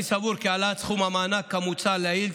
אני סבור כי העלאת סכום המענק כמוצע לעיל,